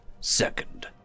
second